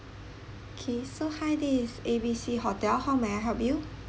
K so hi this is A B C hotel how may I help you